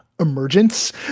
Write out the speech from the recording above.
Emergence